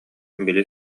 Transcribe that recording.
били